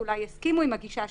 הוא סיפור שונה מילדים בכיתה א'